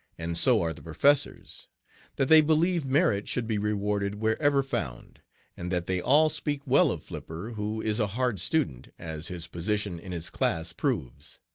and so are the professors that they believe merit should be rewarded wherever found and that they all speak well of flipper, who is a hard student, as his position in his class proves.